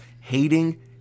hating